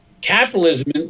capitalism